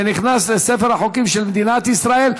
ונכנס לספר החוקים של מדינת ישראל.